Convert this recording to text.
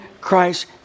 Christ